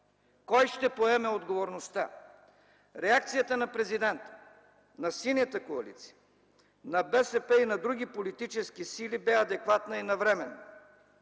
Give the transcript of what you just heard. Кой ще поеме отговорността? Реакцията на президента, на Синята коалиция, на БСП и на други политически сили бе адекватна и навременна.